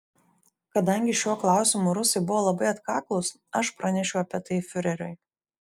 kadangi šiuo klausimu rusai buvo labai atkaklūs aš pranešiau apie tai fiureriui